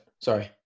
Sorry